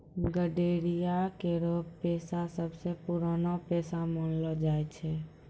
गड़ेरिया केरो पेशा सबसें पुरानो पेशा मानलो जाय छै